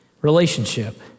relationship